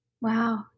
Wow